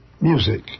music